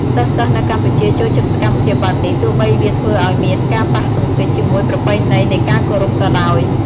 សិស្សៗនៅកម្ពុជាចូលចិត្តសកម្មភាពបែបនេះ ទោះបីវាធ្វើឲ្យមានការប៉ះទង្គិចជាមួយប្រពៃណីនៃការគោរពក៏ដោយ។